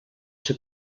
ser